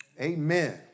Amen